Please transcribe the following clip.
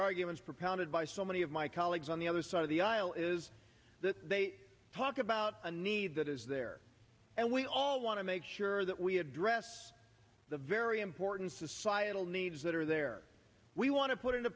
arguments propounded by so many of my colleagues on the other side of the aisle is that they talk about a need that is there and we all want to make sure that we have dress the very important societal needs that are there we want to put into